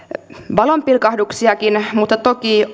valonpilkahduksiakin mutta toki